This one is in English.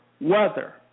weather